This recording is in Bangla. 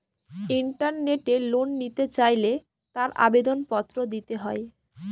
ইন্টারনেটে লোন নিতে চাইলে তার আবেদন পত্র দিতে হয়